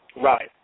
Right